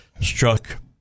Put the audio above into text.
struck